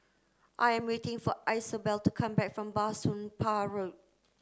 I am waiting for Isobel to come back from Bah Soon Pah Road